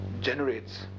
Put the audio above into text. generates